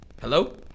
Hello